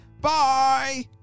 Bye